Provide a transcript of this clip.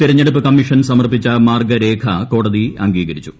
തെരഞ്ഞെടുപ്പ് കമ്മീഷൻ സമർപ്പിച്ച മാർഗരേഖ കോടതി അംഗീകരിച്ചു